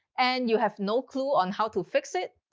and you have no clue on how to fix it?